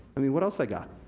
i mean what else they got?